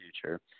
future